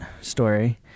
story